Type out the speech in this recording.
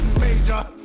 major